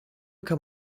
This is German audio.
kann